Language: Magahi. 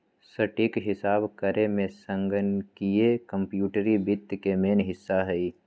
सटीक हिसाब करेमे संगणकीय कंप्यूटरी वित्त के मेन हिस्सा हइ